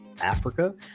Africa